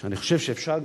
אני חושב שאפשר גם,